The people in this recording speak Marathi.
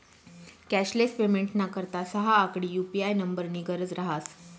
कॅशलेस पेमेंटना करता सहा आकडी यु.पी.आय नम्बरनी गरज रहास